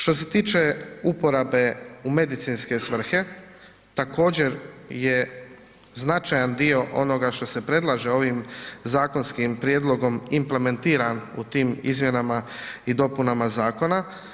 Što se tiče uporabe u medicinske svrhe također je značajan dio onoga što se predlaže ovim zakonskim prijedlogom implementiran u tim izmjenama i dopunama zakona.